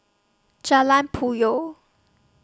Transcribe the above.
Jalan Puyoh